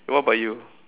what about you